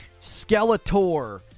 Skeletor